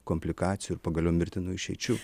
komplikacijų ir pagaliau mirtinų išeičių